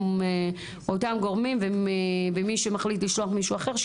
עם אותם גורמים ובמי שמחליט לשלוח מישהו אחר,